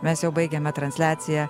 mes jau baigiame transliaciją